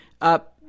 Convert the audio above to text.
up